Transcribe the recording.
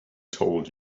told